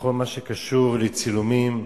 בכל מה שקשור לצילומים,